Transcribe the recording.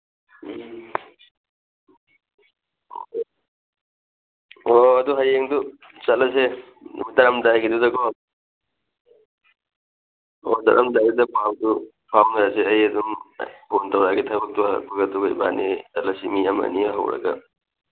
ꯎꯝ ꯑꯣ ꯑꯗꯨ ꯍꯌꯦꯡꯗꯨ ꯆꯠꯂꯁꯦ ꯅꯨꯃꯤꯠ ꯇꯥꯔꯝꯗꯥꯏꯒꯤꯗꯨꯗꯀꯣ ꯑꯣ ꯆꯠꯂꯝꯗꯥꯏꯗꯨꯗ ꯄꯥꯎꯗꯨ ꯐꯥꯎꯅꯔꯁꯦ ꯑꯩ ꯑꯗꯨꯝ ꯐꯣꯟ ꯇꯧꯔꯛꯑꯒꯦ ꯊꯕꯛꯇꯨ ꯍꯜꯂꯛꯄꯒ ꯑꯗꯨꯒ ꯏꯕꯥꯟꯅꯤ ꯆꯠꯂꯁꯤ ꯃꯤ ꯑꯃꯅꯤ ꯍꯧꯔꯒ